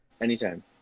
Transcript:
Anytime